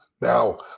Now